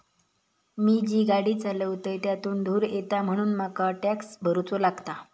मी जी गाडी चालवतय त्यातुन धुर येता म्हणून मका टॅक्स भरुचो लागता